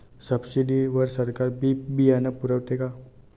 Subsidy वर सरकार बी बियानं पुरवते का?